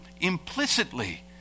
implicitly